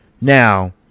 Now